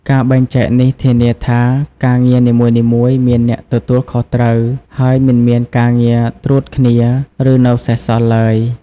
ការបែងចែកនេះ ធានាថាការងារនីមួយៗមានអ្នកទទួលខុសត្រូវ ហើយមិនមានការងារត្រួតគ្នា ឬនៅសេសសល់ឡើយ។